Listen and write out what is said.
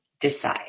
decide